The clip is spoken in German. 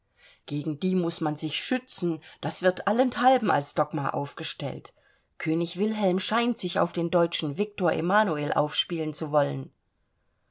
gegen die muß man sich schützen das wird allenthalben als dogma aufgestellt könig wilhelm scheint sich auf den deutschen viktor emanuel aufspielen zu wollen